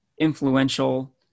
influential